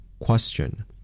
Question